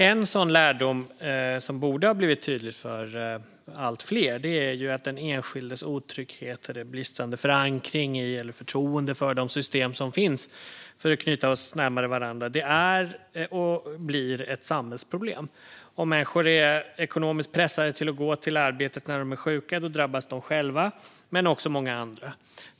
En sådan lärdom, som borde ha blivit tydlig för allt fler, är att den enskildes otrygghet eller bristande förankring i eller förtroende för de system som finns för att knyta oss närmare varandra är och blir ett samhällsproblem. Om människor är ekonomiskt pressade att gå till arbetet när de är sjuka drabbas de själva men också många andra.